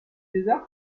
lézard